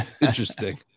Interesting